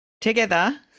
together